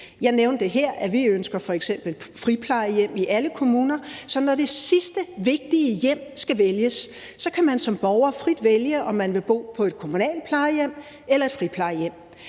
Jeg nævnte her, at vi f.eks. ønsker friplejehjem i alle kommuner, så når det sidste vigtige hjem skal vælges, kan man som borger frit vælge, om man vil bo på et kommunalt plejehjem eller et friplejehjem.